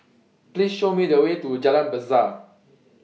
Please Show Me The Way to Jalan Besar